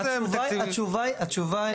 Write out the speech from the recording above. מה זה אין תקציב --- התשובה לשאלתך היא שלא.